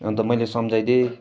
अन्त मैले सम्झाइदिएँ